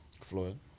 Floyd